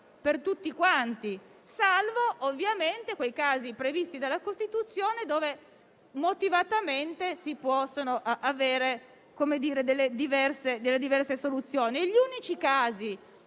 per tutti, salvo ovviamente quei casi previsti dalla Costituzione per cui, motivatamente, si possono avere diverse soluzioni. Gli unici casi